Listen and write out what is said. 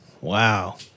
Wow